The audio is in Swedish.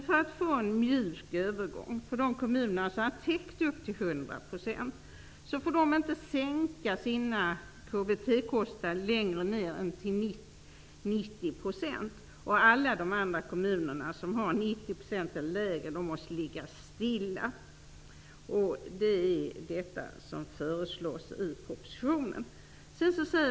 För att få en mjuk övergång i de kommuner som har täckt upp till 100 % av bostadskostnaderna skall dessa kommuner inte få sänka sina KBT-kostnader mer än till 90 %. Alla de kommuner som har 90 % eller lägre procenttal måste behålla sin nuvarande täckningsgrad. Detta är vad som föreslås i propositionen.